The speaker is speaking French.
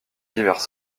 divers